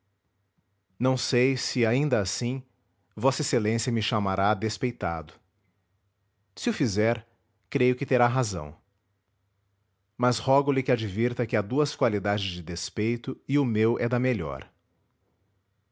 não sei se ainda assim v ex a me chamará despeitado se o fizer creio que terá razão mas rogo-lhe que advirta que há duas qualidades de despeito e o meu é da melhor